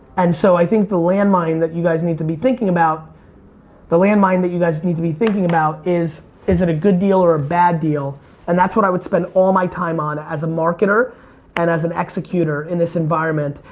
and so i think the landmine that you guys need to be thinking about the landmine that you guys need to be thinking about is is it a good deal or a bad deal and that's what i would spend all my time on as a marketer and as an executor in this environment.